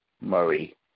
Murray